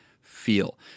feel